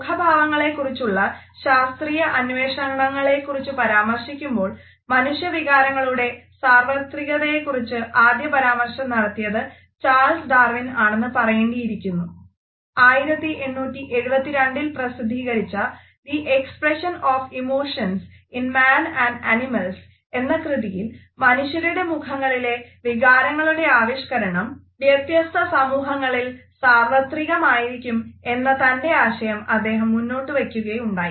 മുഖഭാവങ്ങളെക്കുറിച്ചുള്ള ശാസ്ത്രീയ അന്വേഷണങ്ങളെക്കുറിച്ചു പരാമർശിക്കുമ്പോൾ മനുഷ്യ വികാരങ്ങളുടെ സാർവത്രികതയെക്കുറിച്ചുള്ള ആദ്യ പരാമർശം നടത്തിയത് ചാൾസ് ഡാർവിൻ എന്ന കൃതിയിൽ മനുഷ്യരുടെ മുഖങ്ങളിലെ വികാരങ്ങളുടെ ആവിഷ്കരണം വ്യത്യസ്ത സമൂഹങ്ങളിൽ സാർവത്രികമായിരിക്കും എന്ന തൻ്റെ ആശയം അദ്ദേഹം മുന്നോട്ടുവെക്കുകയുണ്ടായി